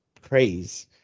praise